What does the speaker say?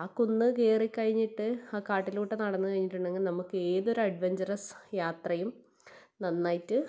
ആ കുന്ന് കയറി കഴിഞ്ഞിട്ട് ആ കാട്ടിലോട്ട് നടന്ന് കഴിഞ്ഞിട്ടുണ്ടെങ്കിൽ നമുക്ക് ഏതൊരു അഡ്വഞ്ചറസ് യാത്രയും നന്നായിട്ട്